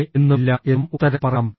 അതെ എന്നും ഇല്ല എന്നും ഉത്തരം പറയാം